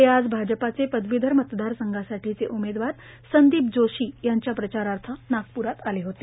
ते आज भाजपाचे पदविधर मतदारसंघासाठीचे उमेदवार संदीप जोशी यांच्या प्रचारार्थ नागप्रात आले होते